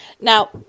now